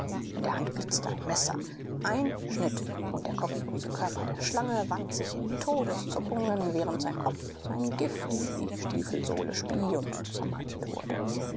in der hand blitzte ein messer ein schnitt und der kopflose körper der schlange wand sich in todeszuckungen während der kopf sein gift in die stiefelsohle spie und zermalmt wurde